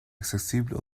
accessibles